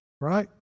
right